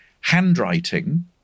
handwriting